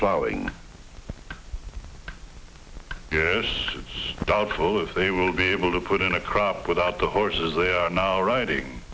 ploughing years it's doubtful if they will be able to put in a crop without the horses they are now writing